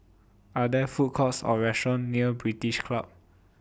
Are There Food Courts Or restaurants near British Club